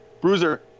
Bruiser